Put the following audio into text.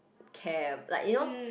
care like you know